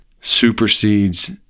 supersedes